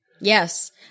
Yes